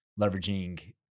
leveraging